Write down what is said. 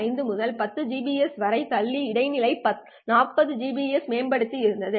5 முதல் 10 Gbps வரை தள்ளி இடைநிலை 40 Gbps மேம்படுத்தல் இருந்தது